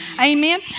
Amen